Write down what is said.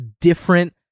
different